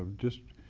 just,